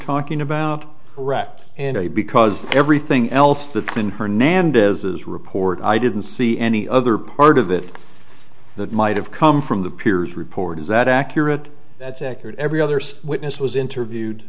talking about correct and because everything else that can hernandez's report i didn't see any other part of it that might have come from the piers report is that accurate that's accurate every others witness was interviewed